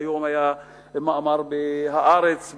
והיום היה מאמר ב"הארץ",